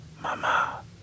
Mama